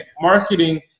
marketing